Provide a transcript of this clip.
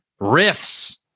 Riffs